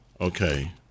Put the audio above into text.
Okay